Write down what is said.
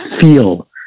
feel